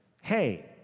hey